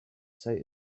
say